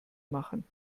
machen